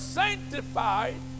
sanctified